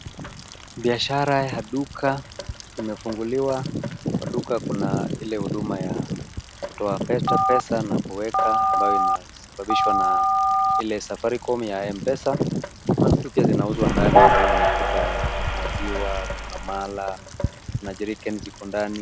Biashara ya duka imefunguliwa. Kwa duka kuna ile huduma ya kutoa pesa na kuweka ambayo inasababishwa na ile safaricom ya mpesa. Kuna vitu pia zinauzwa ndani kama mafuta, maziwa, kuna mala ,kuna jerican ziko ndani.